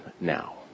now